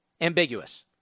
ambiguous